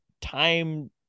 time